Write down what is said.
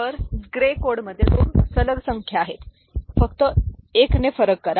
तर ग्रे कोडमध्ये दोन सलग संख्या आहेत फक्त 1 ने फरक करा